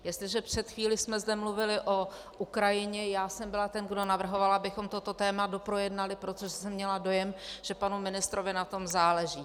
Jestliže před chvílí jsme zde mluvili o Ukrajině, já jsem byla ten, kdo navrhoval, abychom toto téma doprojednali, protože jsem měla dojem, že panu ministrovi na tom záleží.